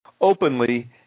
openly